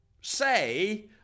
say